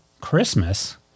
Christmas